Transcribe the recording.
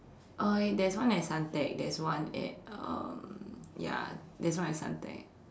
uh wait there's one at Suntec there's one at um ya there's one at Suntec